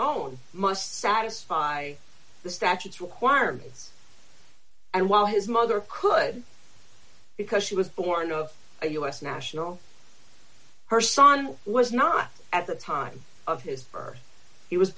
own must satisfy the statutes requirements and while his mother could because she was born of a u s national her son was not at the time of his birth he was